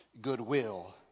goodwill